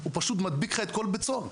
הוא מדביק את כל בית הסוהר.